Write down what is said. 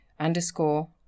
underscore